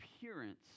appearance